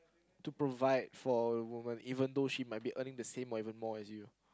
to provide for a woman even though she might be earning the same or even more as you